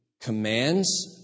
commands